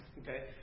Okay